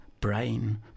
brain